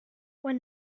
when